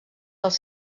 els